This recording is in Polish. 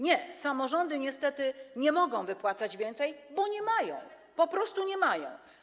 Nie, samorządy niestety nie mogą wypłacać więcej, bo nie mają, po prostu nie mają.